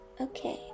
Okay